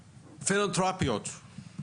פילנטרופיות,